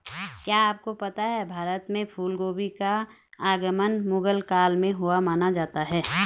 क्या आपको पता है भारत में फूलगोभी का आगमन मुगल काल में हुआ माना जाता है?